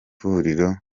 huriro